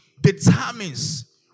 determines